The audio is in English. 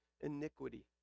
iniquity